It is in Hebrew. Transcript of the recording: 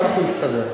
ואנחנו נסתדר.